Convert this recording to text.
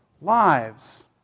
lives